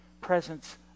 presence